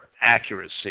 accuracy